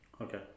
Okay